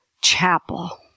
chapel